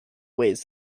weighs